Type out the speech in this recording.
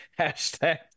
Hashtag